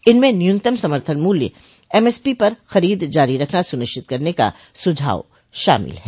इनमें न्यूनतम समर्थन मूल्य एमएसपी पर खरीद जारी रखना सुनिश्चित करने का सझाव शामिल है